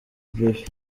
baby